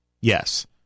Yes